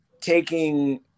taking